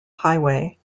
highway